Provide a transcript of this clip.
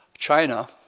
China